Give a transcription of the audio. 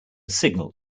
signal